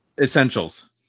Essentials